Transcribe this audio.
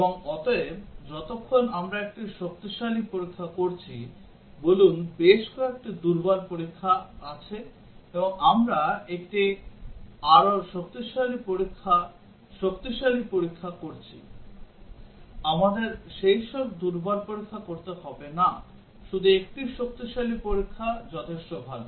এবং অতএব যতক্ষণ আমরা একটি শক্তিশালী পরীক্ষা করছি বলুন বেশ কয়েকটি দুর্বল পরীক্ষা আছে এবং আমরা একটি আরো শক্তিশালী পরীক্ষা শক্তিশালী পরীক্ষা করছি আমাদের সেই সব দুর্বল পরীক্ষা করতে হবে না শুধু একটি শক্তিশালী পরীক্ষা যথেষ্ট ভাল